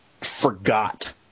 forgot